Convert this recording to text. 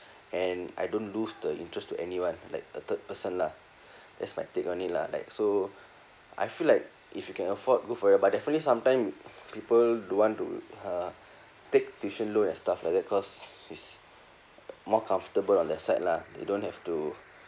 and I don't lose the interest to anyone like a third person lah that's my take on it lah like so I feel like if you can afford go for it but definitely sometime people don't want to uh take tuition loan and stuff like that cause is more comfortable on their side lah they don't have to